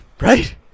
right